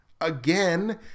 again